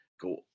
go